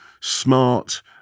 smart